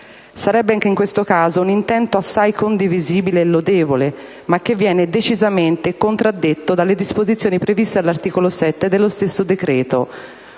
Sarebbe anche in questo caso un intento assai condivisibile e lodevole, ma che viene decisamente contraddetto dalle disposizioni previste all'articolo 7 dello stesso decreto,